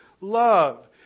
love